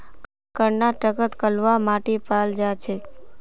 कर्नाटकत कलवा माटी पाल जा छेक